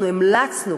המלצנו,